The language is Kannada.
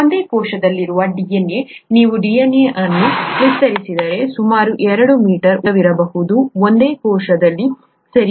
ಒಂದೇ ಕೋಶದಲ್ಲಿರುವ DNA ನೀವು DNA ಅನ್ನು ವಿಸ್ತರಿಸಿದರೆ ಸುಮಾರು 2 ಮೀಟರ್ ಉದ್ದವಿರಬಹುದು ಸರಿ